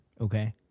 okay